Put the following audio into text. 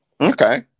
Okay